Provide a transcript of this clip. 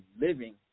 living